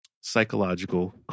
psychological